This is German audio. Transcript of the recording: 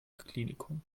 klinikum